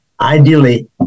ideally